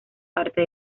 parte